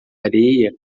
areia